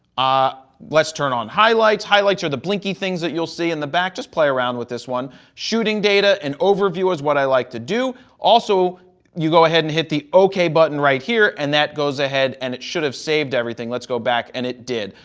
ah let's turn on highlights. highlights are the blinky things that you'll see in the back. just play around with this one. shooting data and overview is what i like to do. also you go ahead and hit the ok button right here and that goes ahead and it should have saved everything. let's go back and it did.